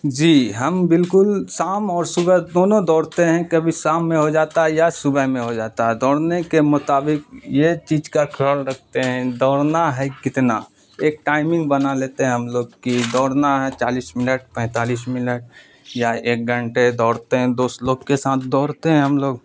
جی ہم بالکل شام اور صبح دونوں دوڑتے ہیں کبھی شام میں ہو جاتا ہے یا صبح میں ہو جاتا ہے دوڑنے کے مطابق یہ چیز کا خیال رکھتے ہیں دوڑنا ہے کتنا ایک ٹائمنگ بنا لیتے ہیں ہم لوگ کہ دوڑنا ہے چالیس منٹ پینتالیس منٹ یا ایک گھنٹے دوڑتے ہیں دوست لوگ کے ساتھ دوڑتے ہیں ہم لوگ